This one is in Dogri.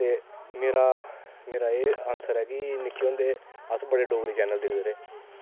ते मेरा एह् आंसर ऐ कि निक्के होंदे अस बड़े डोगरे चैन्नल दिखदे रेह्